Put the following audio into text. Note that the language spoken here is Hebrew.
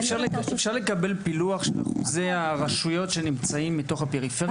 האם אפשר לקבל פילוח של אחוזי הרשויות שנמצאות בתוך הפריפריה?